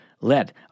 let